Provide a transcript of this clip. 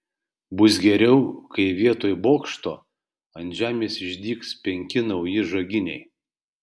bus geriau kai vietoj bokšto ant žemės išdygs penki nauji žaginiai